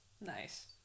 Nice